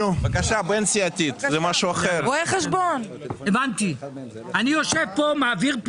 אתה רוצה התייעצות סיעתית, אני יכול להמשיך את